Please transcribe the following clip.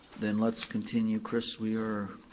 then let's continue, chris, we are